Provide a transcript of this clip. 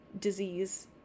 disease